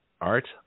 Art